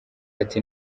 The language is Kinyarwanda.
ati